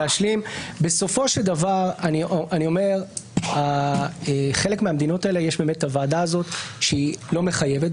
בסופו של דבר בחלק מהמדינות האלה יש את הוועדה שהיא לא מחייבת.